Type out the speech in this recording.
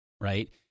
right